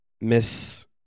Miss